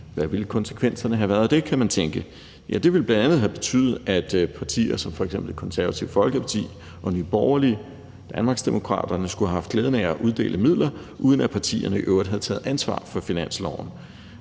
Hvad ville konsekvenserne have været af det? Ja, det ville bl.a. have betydet, at partier som f.eks. Det Konservative Folkeparti, Nye Borgerlige og Danmarksdemokraterne skulle have haft glæden af at uddele midler, uden at partierne i øvrigt havde taget ansvar for finansloven,